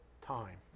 time